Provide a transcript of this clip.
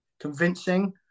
convincing